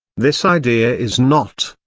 this idea is not,